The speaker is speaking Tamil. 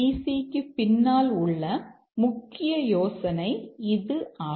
சிக்கு பின்னால் உள்ள முக்கிய யோசனை இது ஆகும்